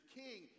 king